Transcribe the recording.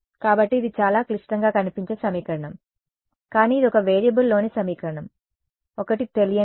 కాబట్టి ఇది చాలా క్లిష్టంగా కనిపించే సమీకరణం కానీ ఇది ఒక వేరియబుల్లోని సమీకరణం ఒకటి తెలియనిది x